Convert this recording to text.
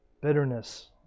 Bitterness